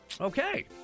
Okay